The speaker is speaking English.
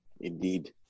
Indeed